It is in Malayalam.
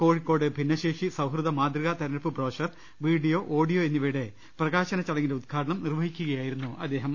കോഴിക്കോട് ഭിന്നശേഷി സൌഹൃദ മാതൃക തെരഞ്ഞെടുപ്പ് ബ്രോഷർ വീഡിയോ ഓഡിയോ എ ന്നിവയുടെ പകാശന ചടങ്ങിന്റെ ഉദ്ഘാടനം നിർവ്വഹിച്ച് സംസാരിക്കുക യായിരുന്നു അദ്ദേഹം